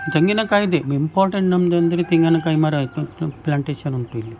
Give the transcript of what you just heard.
ತೆಂಗಿನಕಾಯಿ ಇದೆ ಇಂಪಾರ್ಟೆಂಟ್ ನಮ್ಮದು ಅಂದರೆ ತೆಂಗಿನಕಾಯಿ ಮರ ಪ್ಲಾಂಟೇಷನ್ ಉಂಟು ಇಲ್ಲಿ